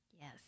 Yes